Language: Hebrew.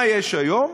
מה יש היום?